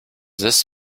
this